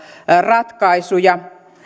ratkaisuja